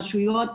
רשויות,